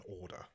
order